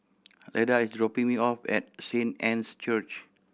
Leda is dropping me off at Saint Anne's Church